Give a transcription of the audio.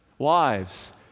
Wives